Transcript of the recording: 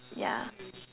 yeah